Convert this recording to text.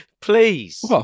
Please